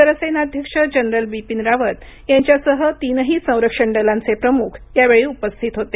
सरसेनाध्यक्ष जनरल बिपीन रावत यांच्यासह तीनही संरक्षण दलांचे प्रमुख यावेळी उपस्थित होते